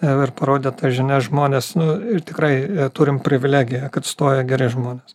jau ir parodė tas žinias žmonės nu ir tikrai turim privilegiją kad stoja geri žmonės